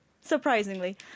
surprisingly